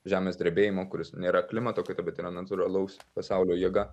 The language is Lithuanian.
žemės drebėjimo kuris nėra klimato kaita bet yra natūralaus pasaulio jėga